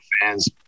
fans